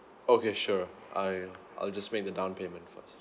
okay sure I I'll just make the down payment first